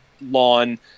lawn